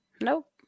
Nope